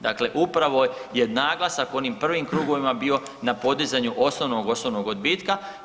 Dakle upravo je naglasak u onim prvim krugovima bi na podizanju osnovnog osobnog odbitka.